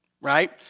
right